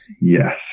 Yes